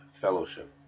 fellowship